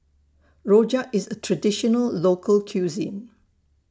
Rojak IS A Traditional Local Cuisine